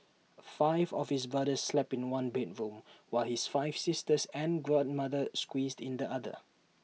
five of his brothers slept in one bedroom while his five sisters and grandmother squeezed in the other